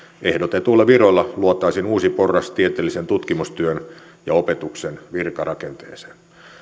ehdotetuilla viroilla luotaisiin uusi porras tieteellisen tutkimustyön ja opetuksen virkarakenteeseen